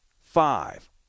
five